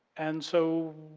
and so,